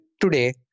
today